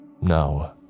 No